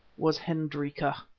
was hendrika.